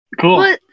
Cool